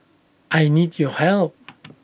I need your help